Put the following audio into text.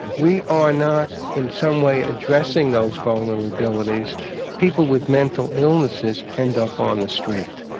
we are not in some way addressing those vulnerabilities people with mental illnesses end up on the street.